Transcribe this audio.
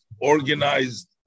organized